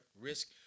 risk